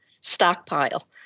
stockpile